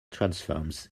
transforms